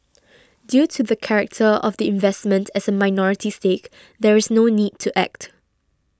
due to the character of the investment as a minority stake there is no need to act